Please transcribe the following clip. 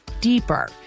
deeper